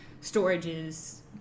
storage's